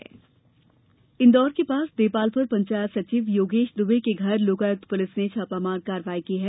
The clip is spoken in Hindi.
छापामार इंदौर के पास देपालपुर पंचायत सचिव योगेश द्वे के घर लोकायुक्त पुलिस ने छापामार कार्यवाई की है